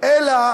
אלא